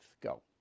go